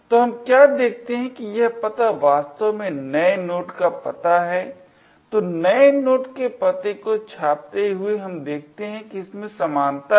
तो हम क्या देखते हैं कि यह पता वास्तव में नए नोड का पता है तो नए नोड के पते को छापते हुए हम देखते हैं कि इसमें समानता है